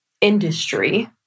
industry